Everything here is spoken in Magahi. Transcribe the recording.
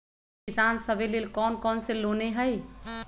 किसान सवे लेल कौन कौन से लोने हई?